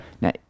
Now